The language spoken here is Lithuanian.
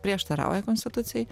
prieštarauja konstitucijai